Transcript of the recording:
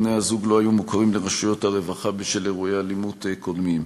בני-הזוג לא היו מוכרים לרשויות הרווחה בשל אירועי אלימות קודמים.